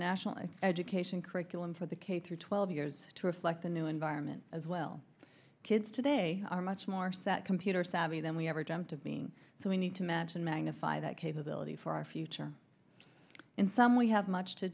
nationally education curriculum for the k through twelve years to reflect the new environment as well kids today are much more set computer savvy than we ever dreamt of being so we need to imagine magnify that capability for our future and some we have much to